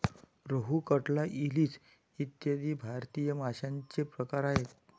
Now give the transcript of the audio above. रोहू, कटला, इलीस इ भारतीय माशांचे प्रकार आहेत